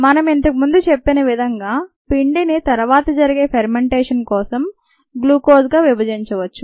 మనం ఇంతకు ముందు చెప్పిన విధంగా పిండిని తర్వాత జరిగే ఫెర్మెంటేషన్ కోసం గ్లూకోజ్గా విభజించవచ్చు